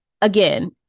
again